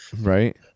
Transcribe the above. right